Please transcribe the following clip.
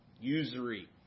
usury